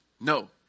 No